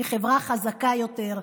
היא חברה חזקה יותר,